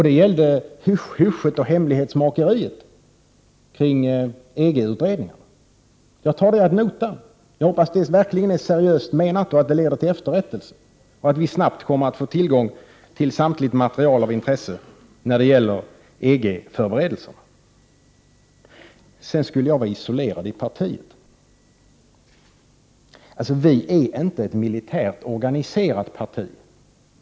Det gällde hemlighetsmakeriet kring EG-utredningarna. Jag tar detta ad notam och hoppas att det verkligen är seriöst menat och att det leder till efterrättelse och att vi snart får tillgång till allt material av intresse när det gäller EG-förberedelserna. Sedan skulle jag vara isolerad inom partiet. Vi är inte ett militärt organiserat. parti.